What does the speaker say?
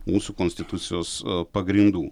mūsų konstitucijos pagrindų